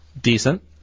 Decent